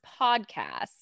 podcast